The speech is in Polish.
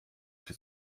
czy